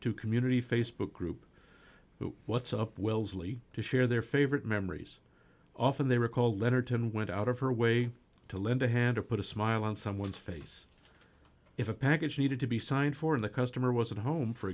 to community facebook group what's up wellesley to share their favorite memories often they recalled lehner ten went out of her way to lend a hand to put a smile on someone's face if a package needed to be signed for the customer was at home for